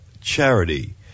charity